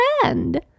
friend